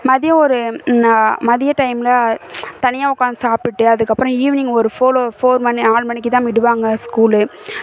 மதியம் ஒரு மதிய டைமில் தனியாக உக்காந்து சாப்பிட்டுட்டு அதுக்கப்புறம் ஈவினிங் ஒரு ஃபோலோ ஃபோர் மணி நாலு மணிக்குதான் விடுவாங்க ஸ்கூலு